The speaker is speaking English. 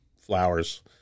flowers